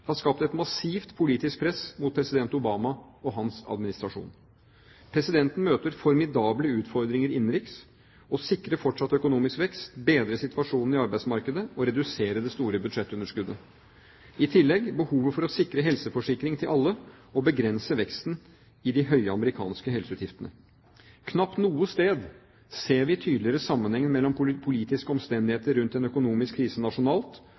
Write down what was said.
har skapt et massivt politisk press mot president Obama og hans administrasjon. Presidenten møter formidable utfordringer innenriks: å sikre fortsatt økonomisk vekst, bedre situasjonen i arbeidsmarkedet og redusere det store budsjettunderskuddet. I tillegg kommer behovet for å sikre helseforsikring til alle og å begrense veksten i de høye amerikanske helseutgiftene. Knapt noe sted ser vi tydeligere sammenhengen mellom politiske omstendigheter rundt en økonomisk krise nasjonalt